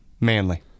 Manly